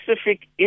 specific